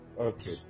Okay